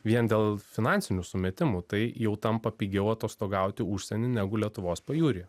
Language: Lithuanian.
vien dėl finansinių sumetimų tai jau tampa pigiau atostogauti užsieny negu lietuvos pajūry